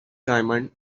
diamond